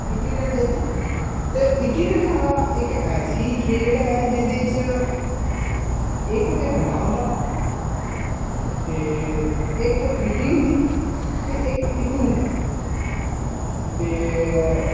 इट्टी डंडे दी ते इट्टी डंडा इक ऐसी खेढ ऐ जेह्दे च इक ते डंडा होंदा ते इक इट्टी होंदी ते इक्क इट्टू होंदा ते